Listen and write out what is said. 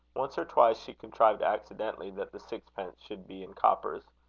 once or twice she contrived accidentally that the sixpence should be in coppers.